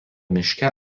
miške